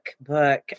book